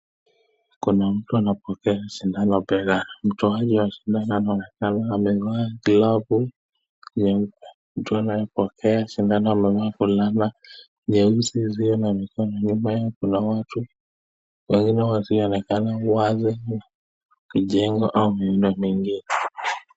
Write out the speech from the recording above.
Kuna mtu anapokea sindano begani. Mtoaji wa sindano anaonekana amevaa glovu nyeupe. Mtu anayepokea sindano amevaa fulana nyeusi isiyo na mikon. Nyuma kuna watu wengine wasioonekana wazi katika jengo au muundo mwingine.